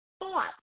thought